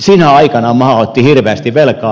sinä aikana maa otti hirveästi velkaa